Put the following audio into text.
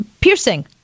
piercing